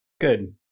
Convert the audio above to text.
Good